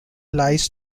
lies